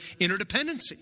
interdependency